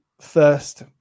first